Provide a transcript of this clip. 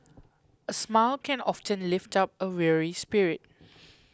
a smile can often lift up a weary spirit